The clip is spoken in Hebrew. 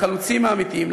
לחלוצים האמיתיים,